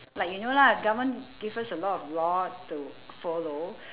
like you know lah government give us a lot of law to follow